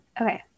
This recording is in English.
okay